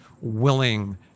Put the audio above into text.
willing